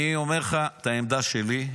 אני אומר לך את העמדה שלי.